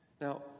Now